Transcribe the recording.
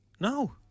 No